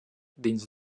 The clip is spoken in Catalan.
dins